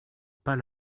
pas